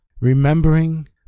Remembering